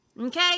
Okay